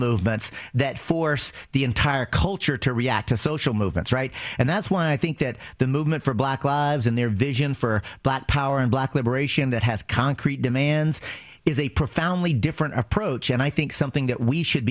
movements that force the entire culture to react to social movements right and that's why i think that the movement for black lives and their vision for but power and black liberation that has concrete demands is a profoundly different approach and i think something that we should